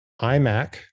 iMac